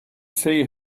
see